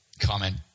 comment